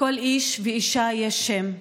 לכל איש ואישה יש שם,